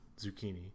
zucchini